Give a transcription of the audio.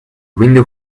window